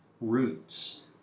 Roots